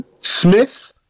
Smith